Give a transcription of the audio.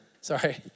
Sorry